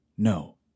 No